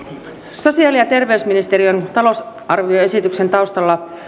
sosiaali ja terveysministeriön talousarvioesityksen taustalla